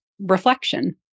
reflection